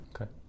Okay